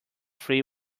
free